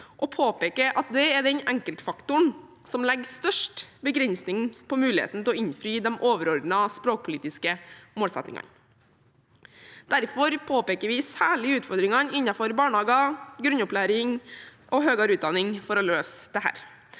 og påpeker at dette er den enkeltfaktoren som legger størst begrensning på muligheten til å innfri de overordnede språkpolitiske målsettingene. Derfor påpeker vi særlig utfordringene innen barnehager, grunnopplæringen og høyere utdanning for å løse dette.